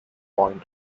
point